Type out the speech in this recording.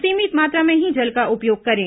सीमित मात्रा में ही जल का उपयोग करें